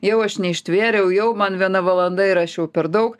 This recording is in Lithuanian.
jau aš neištvėriau jau man viena valanda ir aš jau per daug